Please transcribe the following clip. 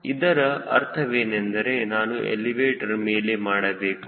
ಇದರ ಅರ್ಥವೇನೆಂದರೆ ನಾನು ಎಲಿವೇಟರ್ ಮೇಲೆ ಮಾಡಬೇಕು